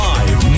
Live